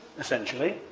essentially,